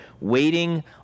waiting